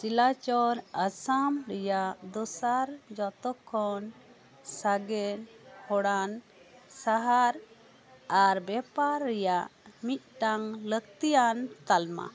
ᱥᱤᱞᱟᱪᱚᱨ ᱟᱥᱟᱢ ᱨᱮᱭᱟᱜ ᱫᱚᱥᱟᱨ ᱡᱚᱛᱚᱠᱷᱚᱱ ᱥᱟᱸᱜᱮ ᱦᱚᱲᱟᱱ ᱥᱟᱦᱟᱨ ᱟᱨ ᱵᱮᱯᱟᱨ ᱨᱮᱭᱟᱜ ᱢᱤᱫᱴᱟᱱ ᱞᱟᱹᱠᱛᱤᱭᱟᱱ ᱛᱟᱞᱢᱟ